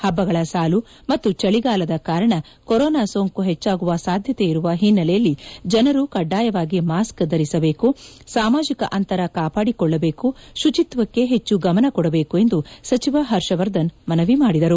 ಹಬ್ಬಗಳ ಸಾಲು ಮತ್ತು ಚಳಿಗಾಲದ ಕಾರಣ ಕೊರೋನಾ ಸೋಂಕು ಹೆಚ್ಚಾಗುವ ಸಾಧ್ಯತೆ ಇರುವ ಹಿನ್ನೆಲೆಯಲ್ಲಿ ಜನರು ಕಡ್ಸಾಯವಾಗಿ ಮಾಸ್ತ್ ಧರಿಸಬೇಕು ಸಾಮಾಜಿಕ ಅಂತರ ಕಾಪಾಡಿಕೊಳ್ಳಬೇಕು ಶುಚಿತ್ವಕ್ಕೆ ಹೆಚ್ಚು ಗಮನ ಕೊಡಬೇಕು ಎಂದು ಸಚಿವ ಹರ್ಷವರ್ಧನ್ ಮನವಿ ಮಾಡಿದರು